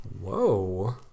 Whoa